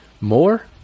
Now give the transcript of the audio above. more